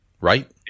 right